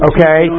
Okay